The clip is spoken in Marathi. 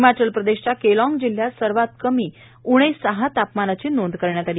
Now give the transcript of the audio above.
हिमाचल प्रदेशच्या केलाँग जिल्ह्यात सर्वात कमी उणे सहा तापमानाची नोंद करण्यात आली